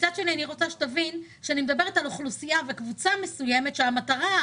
מצד שני אני רוצה שתבין שאני מדברת על אוכלוסייה וקבוצה מסוימת שהמטרה,